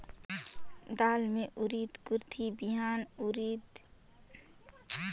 दाल मे कुरथी बिहान, उरीद, रहर, झुनगा, बोदी बिहान भटेस आदि होगे का?